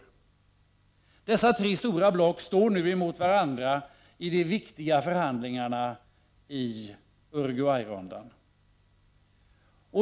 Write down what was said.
Dessa tre stora block står nu mot varandra i de viktiga förhandlingarna vid Uruguayrundan.